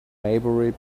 maybury